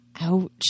Ouch